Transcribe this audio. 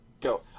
go